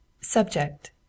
Subject